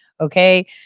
Okay